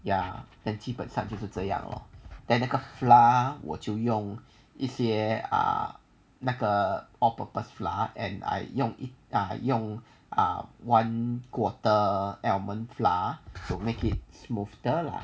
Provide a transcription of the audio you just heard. ya then 基本上就是这样 then 那个 flour 我就用一些 ah 那个 all purpose flour and I 用一用 ah one quarter almond flour to make it smoother lah